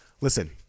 Listen